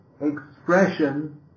expression